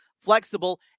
flexible